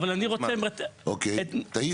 אוקיי, תעיר.